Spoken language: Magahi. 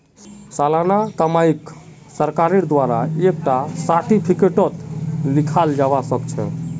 सालाना कमाईक सरकारेर द्वारा एक टा सार्टिफिकेटतों लिखाल जावा सखछे